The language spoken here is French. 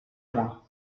loin